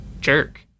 jerk